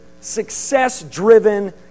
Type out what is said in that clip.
success-driven